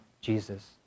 Jesus